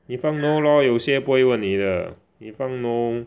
你放 no lor 有些不会问你的你放 no